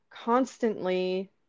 constantly